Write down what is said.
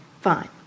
fine